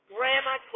Grandma